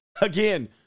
Again